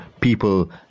People